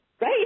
right